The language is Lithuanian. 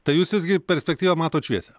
tai jūs visgi perspektyvą matot šviesią